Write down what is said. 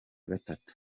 gatatu